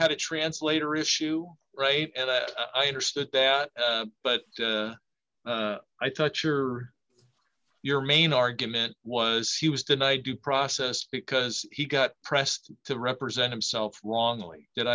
had a translator issue right and i understood that but i touch your your main argument was he was denied due process because he got pressed to represent himself wrongly did